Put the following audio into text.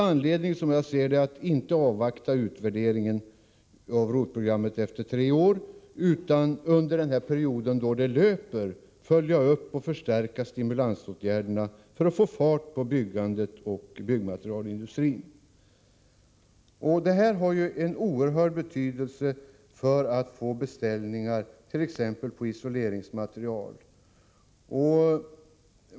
Men som jag ser det finns det inte anledning att avvakta denna utvärdering efter tre år, utan under den period som programmet löper bör man följa och förstärka stimulansåtgärderna för att få fart på byggandet och byggmaterialindustrin. Det skulle ha en oerhörd betydelse när det gäller att få beställningar på t.ex. isoleringsmaterial.